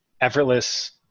effortless